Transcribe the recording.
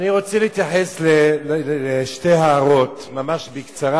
אני רוצה להתייחס לשתי הערות ממש בקצרה,